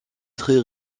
très